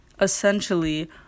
essentially